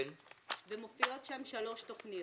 ומופיעות שם שלוש תכניות.